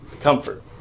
Comfort